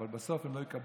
אבל בסוף הם לא יקבלו,